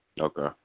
Okay